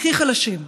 הכי חלשים,